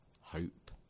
hope